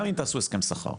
גם אם תעשו הסכם שכר.